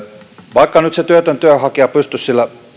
vaikka nyt se työtön työnhakija pystyisi sillä